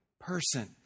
person